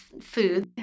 food